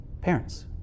parents